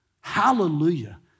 Hallelujah